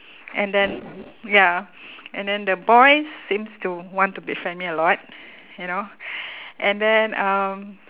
and then ya and then the boys seems to want to befriend me a lot you know and then um